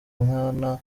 nkana